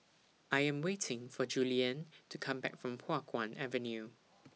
I Am waiting For Julianne to Come Back from Hua Guan Avenue